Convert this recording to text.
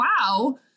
wow